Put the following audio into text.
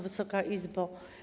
Wysoka Izbo!